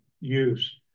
use